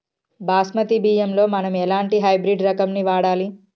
బాస్మతి బియ్యంలో మనం ఎలాంటి హైబ్రిడ్ రకం ని వాడాలి?